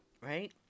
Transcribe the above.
right